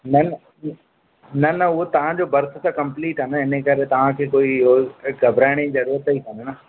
न न न न उहो तव्हां जो बर्थ कंप्लीट आहे इन करे तव्हां खे कोई इहो घबराइण जी ज़रूरत कान्हे